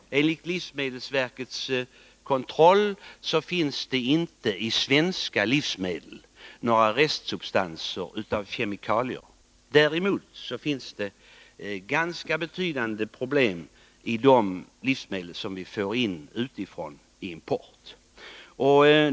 Enligt uppgifter från livsmedelsverkets kontroll finns det inte i svenska livsmedel några restsubstanser av kemikalier. Däremot finns det ganska betydande problem vad gäller de livsmedel vi får in genom import.